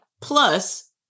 plus